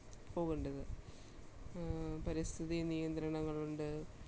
പോകേണ്ടത് പരിസ്ഥിതിനിയന്ത്രണങ്ങളുണ്ട്